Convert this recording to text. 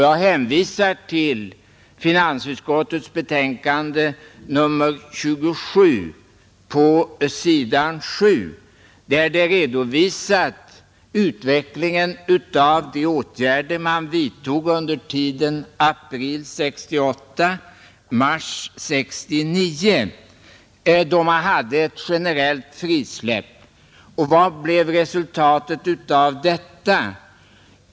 Jag hänvisar till finansutskottets betänkande nr 27, s. 7, där utskottet redovisar utvecklingen under tiden april 1968 — mars 1969, då man hade ett generellt frisläpp. Och vad blev resultatet av detta?